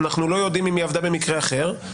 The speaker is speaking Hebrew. אנחנו לא יודעים אם היא עבדה במקרה אחר.